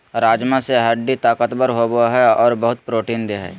राजमा से हड्डी ताकतबर होबो हइ और बहुत प्रोटीन देय हई